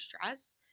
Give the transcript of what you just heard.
stress